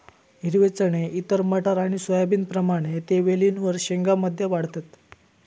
हिरवे चणे इतर मटार आणि सोयाबीनप्रमाणे ते वेलींवर शेंग्या मध्ये वाढतत